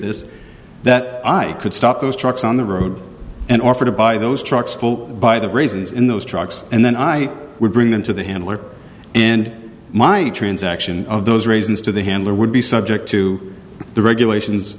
this that i could stop those trucks on the road and offer to buy those trucks full of by the raisins in those trucks and then i would bring them to the handler and my transaction of those raisins to the handler would be subject to the regulations